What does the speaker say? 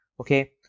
Okay